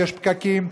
יש פקקים,